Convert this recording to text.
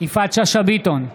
יפעת שאשא ביטון,